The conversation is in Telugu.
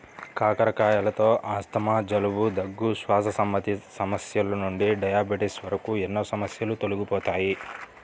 కాకరకాయలతో ఆస్తమా, జలుబు, దగ్గు, శ్వాస సంబంధిత సమస్యల నుండి డయాబెటిస్ వరకు ఎన్నో సమస్యలు తొలగిపోతాయి